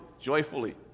joyfully